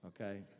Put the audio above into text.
okay